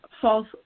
false